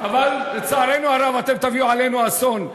אבל, לצערנו הרב, אתם תביאו עלינו אסון.